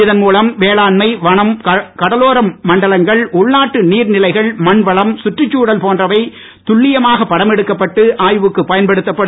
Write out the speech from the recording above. இதன் மூலம் வேளாண்மை வனம் கடலோர மண்டலங்கள் உள்நாட்டு நீர்நிலைகள் மண்வளம் சுற்றுச் சூழல் போன்றவை துள்ளியமாக படமெடுக்கப்பட்டு ஆய்வுக்கு பயன்படுத்தப்படும்